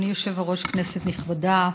אדוני היושב-ראש, כנסת נכבדה,